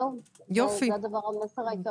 זה המסר העיקרי שלנו.